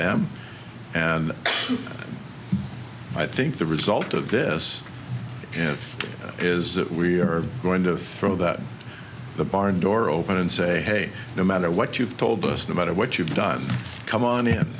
them and i think the result of this is that we are going to throw that the barn door open and say hey no matter what you've told us no matter what you've done come on in